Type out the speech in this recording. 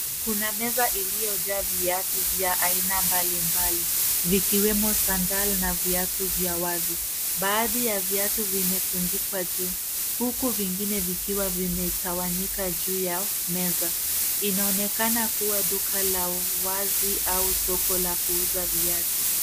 Kuna meza iliyojaa viatu vya aina mbalimbali, vikiwemo sandal na viatu vya wazi. Baadhi ya viatu vimetundikwa juu , huku vingine vikiwa vimetawanyika juu ya meza. Inaonekana kuwa duka la wazi au soko la kuuza viatu.